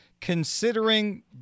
Considering